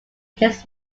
his